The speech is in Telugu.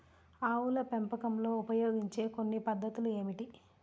ఆవుల పెంపకంలో ఉపయోగించే కొన్ని కొత్త పద్ధతులు ఏమిటీ?